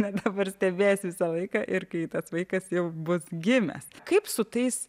na dabar stebės visą laiką ir kai tas vaikas jau bus gimęs kaip su tais